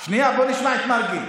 שנייה, סמי, בוא נשמע את מרגי.